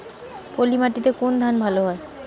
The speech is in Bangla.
পলিমাটিতে কোন ধান ভালো হয়?